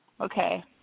Okay